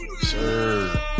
sir